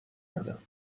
ندم